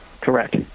Correct